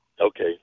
Okay